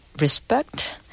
respect